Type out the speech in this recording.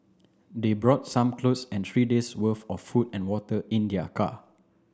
they brought some clothes and three days worth of food and water in their car